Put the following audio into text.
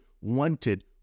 wanted